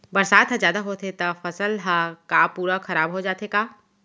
बरसात ह जादा होथे त फसल ह का पूरा खराब हो जाथे का?